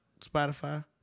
Spotify